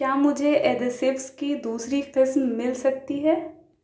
کیا مجھے ادھسیوس کی دوسری قسم مل سکتی ہے